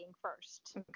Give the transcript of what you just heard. first